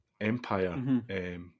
empire